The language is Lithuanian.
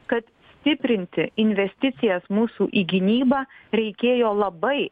kad stiprinti investicijas mūsų į gynybą reikėjo labai